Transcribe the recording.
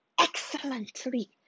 excellently